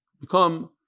become